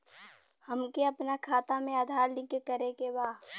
हमके अपना खाता में आधार लिंक करें के बा?